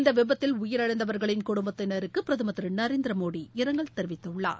இந்த விபத்தில் உயிரிழந்தவர்களின் குடும்பத்தினருக்கு பிரதமர் திரு நநரேந்திர மோடி இரங்கல் தெரிவித்துள்ளார்